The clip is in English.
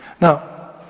Now